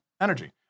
energy